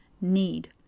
need